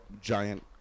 giant